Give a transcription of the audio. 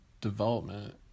development